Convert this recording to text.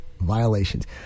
violations